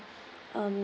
um